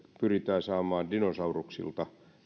pyritään saamaan dinosauruksilta